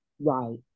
Right